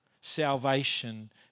Salvation